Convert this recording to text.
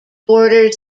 borders